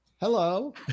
hello